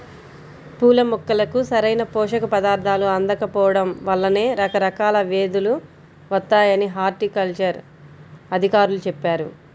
పూల మొక్కలకు సరైన పోషక పదార్థాలు అందకపోడం వల్లనే రకరకాల వ్యేదులు వత్తాయని హార్టికల్చర్ అధికారులు చెప్పారు